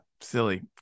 silly